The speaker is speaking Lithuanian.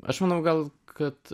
aš manau gal kad